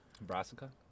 Brassica